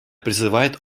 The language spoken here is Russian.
призывает